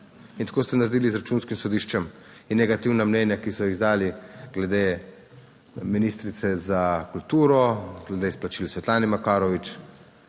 In tako ste naredili z Računskim sodiščem. In negativna mnenja, ki so jih izdali glede ministrice za kulturo, glede izplačil Svetlane Makarovič,